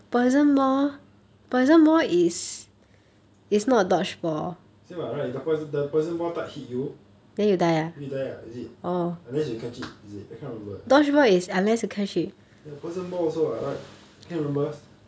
same [what] right if the poiso~ the poison ball tou~ hit you then you die [what] is it unless you catch it is it I can't remember leh ya poison ball also what right can't remember